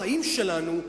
החיים שלנו,